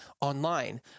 online